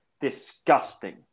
disgusting